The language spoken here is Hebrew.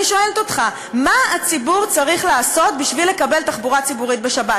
אני שואלת אותך: מה הציבור צריך לעשות בשביל לקבל תחבורה ציבורית בשבת?